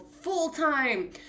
full-time